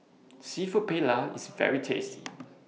Seafood Paella IS very tasty